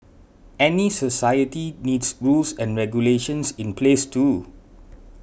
any society needs rules and regulations in place too